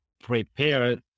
prepared